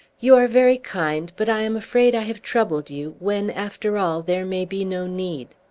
you are very kind but i am afraid i have troubled you, when, after all, there may be no need.